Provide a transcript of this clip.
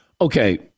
Okay